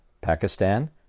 Pakistan